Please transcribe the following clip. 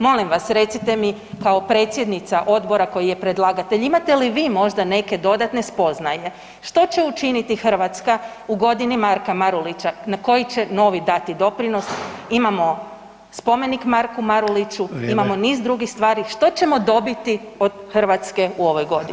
Molim vas recite mi kao predsjednica odbora koji je predlagatelj, imate li vi možda neke dodatne spoznaje što će učiniti Hrvatska u godini Marka Marulića na koji će novi dati doprinos, imamo spomen Marku Maruliću, imamo niz drugih stvari [[Upadica: Vrijeme.]] što ćemo dobiti od Hrvatske u ovoj godini.